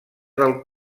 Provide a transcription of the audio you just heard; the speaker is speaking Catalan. del